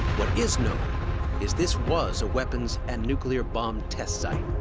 what is known is this was a weapons and nuclear bomb test site.